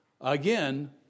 again